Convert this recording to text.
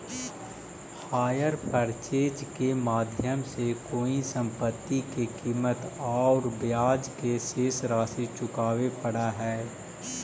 hire purchase के माध्यम से कोई संपत्ति के कीमत औउर ब्याज के शेष राशि चुकावे पड़ऽ हई